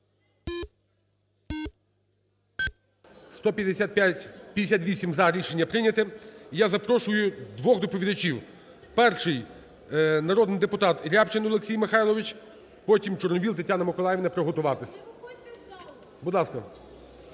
158 – за. Рішення прийняте. І я запрошую двох доповідачів: перший – народний депутат Рябчин Олексій Михайлович, потім Чорновол Тетяна Миколаївна приготуватись. Будь ласка.